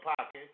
pocket